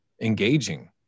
engaging